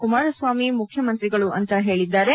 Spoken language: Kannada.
ಕುಮಾರಸ್ವಾಮಿ ಮುಖ್ಯಮಂತ್ರಿಗಳು ಅಂತ ಹೇಳಿದ್ದಾರೆ